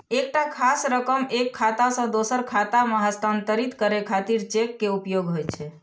एकटा खास रकम एक खाता सं दोसर खाता मे हस्तांतरित करै खातिर चेक के उपयोग होइ छै